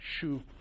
Shoe